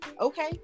Okay